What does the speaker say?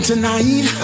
Tonight